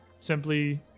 simply